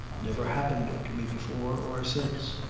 never happened to me before or since.